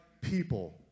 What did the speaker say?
people